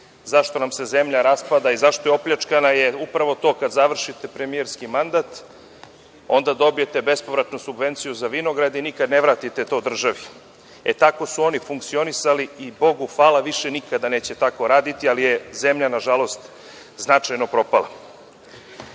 zašto nam se zemlja raspada i zašto je opljačkana, upravo to, kada završite premijerski mandat, onda dobijete bespovratnu subvenciju za vinograd i nikada ne vratite to državi. Tako su oni funkcionisali i Bogu hvala više nikada neće tako raditi, ali je zemlja nažalost značajno propala. Ono,